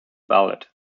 ballad